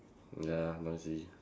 ya noisy